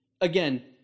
again